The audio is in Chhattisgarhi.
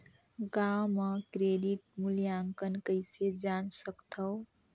गांव म क्रेडिट मूल्यांकन कइसे जान सकथव?